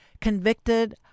convicted